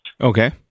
Okay